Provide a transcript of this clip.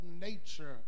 nature